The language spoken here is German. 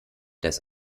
des